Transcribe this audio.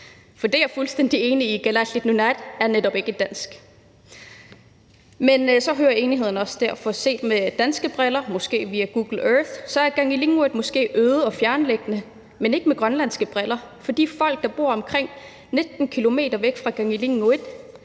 i, for Kalaalit Nunaat er netop ikke dansk. Men så hører enigheden også op, for set med danske briller, måske via Google Earth, er Kangilinnguit måske øde og fjerntliggende, men ikke med grønlandske briller, for de folk, der bor omkring 19 km væk fra Kangilinnguit,